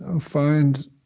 find